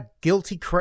guilty